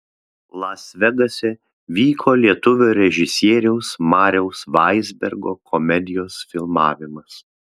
las vegase vyko lietuvio režisieriaus mariaus vaizbergo komedijos filmavimas